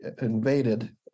invaded